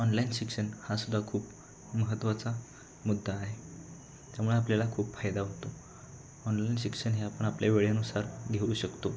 online शिक्षण हा सुद्धा खूप महत्त्वाचा मुद्दा आहे त्यामुळे आपल्याला खूप फायदा होतो ऑनलाईन शिक्षण हे आपण आपल्या वेळेनुसार घेऊ शकतो